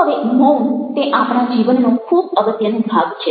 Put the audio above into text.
હવે મૌન તે આપણા જીવનનો ખૂબ અગત્યનો ભાગ છે